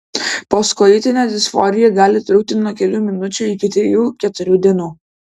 postkoitinė disforija gali trukti nuo kelių minučių iki trijų keturių dienų